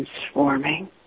transforming